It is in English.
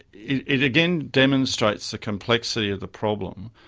it it again demonstrates the complexity of the problem.